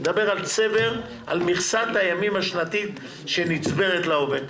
אני מדבר על מכסת הימים השנתית שנצברת לעובד.